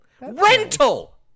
Rental